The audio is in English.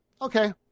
Okay